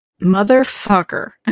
Motherfucker